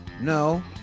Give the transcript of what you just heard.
No